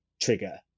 trigger